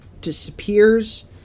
disappears